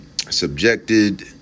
subjected